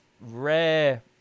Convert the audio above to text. rare